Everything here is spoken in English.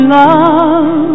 love